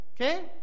Okay